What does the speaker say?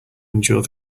endure